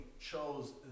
chose